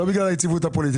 לא בגלל היציבות הפוליטית,